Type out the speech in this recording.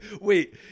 Wait